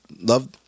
love